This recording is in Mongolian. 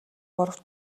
гурав